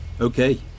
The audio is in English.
Okay